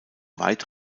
weit